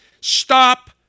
stop